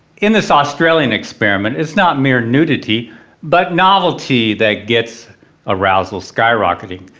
in this australian experiment, it's not mere nudity but novelty that gets arousals skyrocketing.